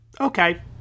okay